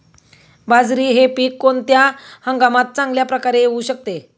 बाजरी हे पीक कोणत्या हंगामात चांगल्या प्रकारे येऊ शकते?